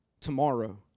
tomorrow